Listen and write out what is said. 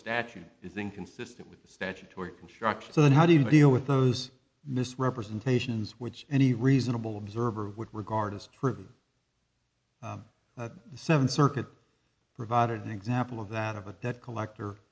statute is inconsistent with the statutory construction so how do you deal with those misrepresentations which any reasonable observer would regard as trivial the seventh circuit provided an example of that of a debt collector